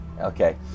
Okay